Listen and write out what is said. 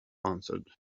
answered